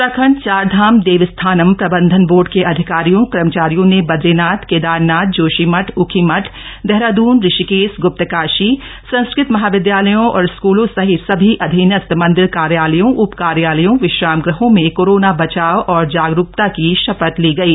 उत्तराखंड चारधाम देवस्थानम् प्रबंधन बोर्ड के अधिकारियों कर्मचारियों ने बदरीनाथ केदारनाथ जोशीमठ उखीमठ देहरादून ऋषिकेश ग्प्तकाशी संस्कृत महाविद्यालयों और स्कूलों सहित सभी अधीनस्थ मंदिर कार्यालयों उप कार्यालयों विश्राम गृहों में कोरोना बचाव और जागरूकता की शपथ ली गयी